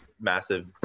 massive